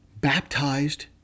Baptized